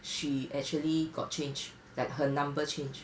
she actually got change like her number change